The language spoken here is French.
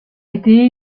été